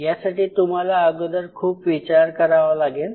यासाठी तुम्हाला अगोदर खूप विचार करावा लागेल